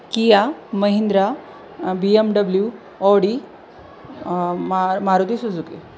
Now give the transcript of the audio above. KIA Mahindra B M W Audi मा Maruti Suzuki